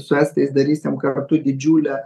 su estais darysim kartu didžiulę